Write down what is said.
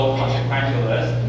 consequentialist